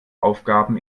aufgaben